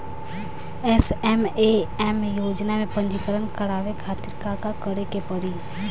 SMAM योजना में पंजीकरण करावे खातिर का का करे के पड़ी?